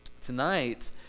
tonight